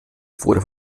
wurde